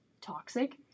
toxic